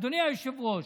אדוני היושב-ראש,